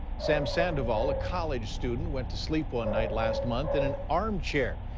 sam sandoval, a college student went to sleep one night last month in an arm chair.